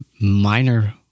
minor